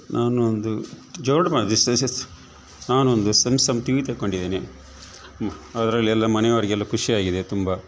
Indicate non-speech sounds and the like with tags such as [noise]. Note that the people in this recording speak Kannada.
ನಾನೊಂದು [unintelligible] ನಾನೊಂದು ಸಮ್ಸಮ್ ಟಿವಿ ತಗೊಂಡಿದ್ದೆನೇ ಅದರಲ್ಲಿ ಎಲ್ಲಾ ಮನೆಯವರಿಗೆಲ್ಲಾ ಖುಷಿ ಆಗಿದೆ ತುಂಬ